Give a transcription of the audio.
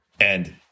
and-